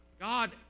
God